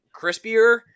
crispier